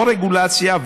לא רגולציה,